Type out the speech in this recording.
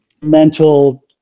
mental